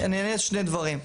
אני אענה על שני דברים.